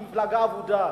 היא מפלגה אבודה,